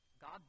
God